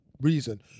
reason